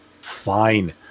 Fine